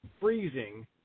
freezing